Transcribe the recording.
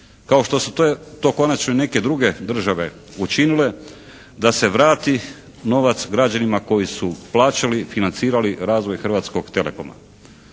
kao što su to konačno i neke druge države učinile da se vrati novac građanima koji su plaćali, financirati razvoj Hrvatskog telekoma.